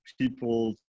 people